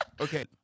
Okay